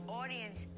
audience